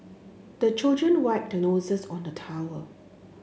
the children wipe their noses on the towel